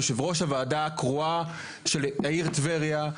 יושב ראש הוועדה הקרואה של העיר טבריה.